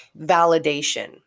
validation